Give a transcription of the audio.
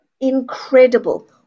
incredible